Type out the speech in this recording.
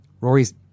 Rory's